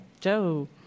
Joe